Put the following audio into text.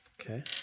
Okay